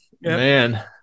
man